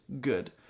good